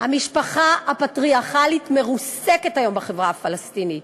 המשפחה הפטריארכלית מרוסקת היום בחברה הפלסטינית.